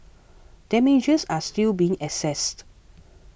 damages are still being assessed